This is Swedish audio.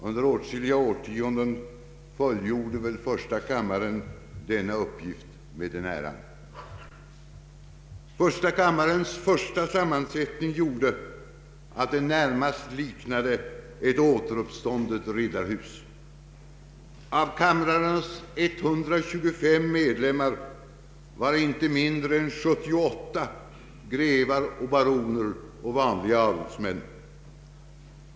Under åtskilliga årtionden fullgjorde väl första kammaren denna uppgift med den äran. Första kammarens första sammansättning gjorde att den närmast liknade ett återuppståndet riddarhus. Av kammarens 125 medlemmar var inte mindre än 78 grevar, baroner eller vanliga adelsmän.